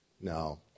No